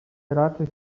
raczy